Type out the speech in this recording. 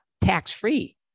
tax-free